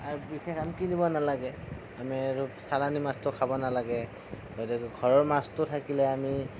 আৰু বিশেষ আমি কিনিব নালাগে আমি আৰু চালানি মাছটো খাব নালাগে ঘৰৰ মাছটো থাকিলে আমি